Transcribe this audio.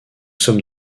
sommes